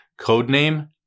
Codename